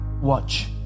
watch